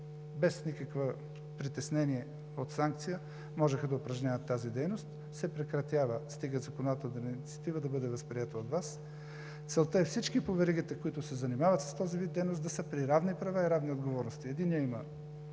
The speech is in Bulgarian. без никакво притеснение от санкция можеха да упражняват тази дейност, се прекратява, стига законодателната инициатива да бъде възприета от Вас. Целта е всички по веригата, които се занимават с този вид дейност, да са при равни права и равни отговорности. Единият има